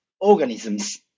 organisms